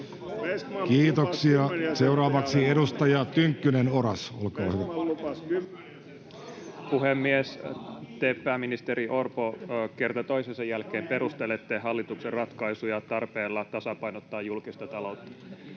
ohjelma 20.6.2023 Time: 10:47 Content: Arvoisa puhemies! Te, pääministeri Orpo, kerta toisensa jälkeen perustelette hallituksen ratkaisuja tarpeella tasapainottaa julkista taloutta.